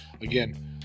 again